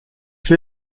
lieu